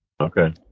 Okay